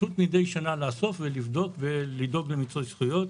פשוט מדי שנה לאסוף, לבדוק ולדאוג למיצוי זכויות.